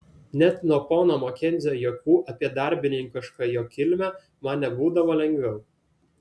net nuo pono makenzio juokų apie darbininkišką jo kilmę man nebūdavo lengviau